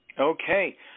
Okay